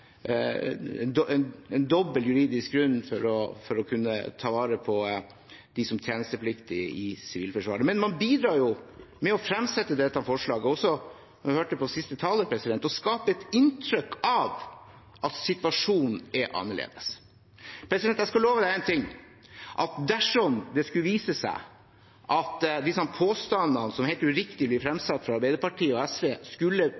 juridisk grunn for å kunne ta vare på dem som er tjenestepliktige i Sivilforsvaret. Men ved å fremsette dette forslaget bidrar man jo også – som når jeg hørte på siste taler – til å skape et inntrykk av at situasjonen er annerledes. Jeg kan love én ting, at dersom det skulle vise seg at disse påstandene som helt uriktig blir fremsatt fra Arbeiderpartiet og SV, skulle